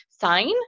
sign